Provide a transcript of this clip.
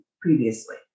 previously